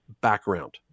background